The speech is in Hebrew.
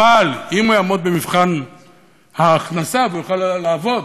אבל אם הוא יעמוד במבחן ההכנסה והוא יוכל לעבוד,